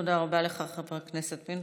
תודה רבה לך, חבר הכנסת פינדרוס.